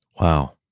Wow